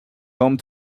home